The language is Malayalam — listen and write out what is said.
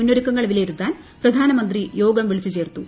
മുന്നൊരുക്കങ്ങൾ വിലയിരുത്താൻ പ്ര്ധാനമന്ത്രി യോഗം വിളിച്ചു ചേർത്തു